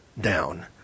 down